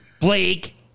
Blake